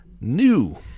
new